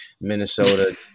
Minnesota